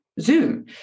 Zoom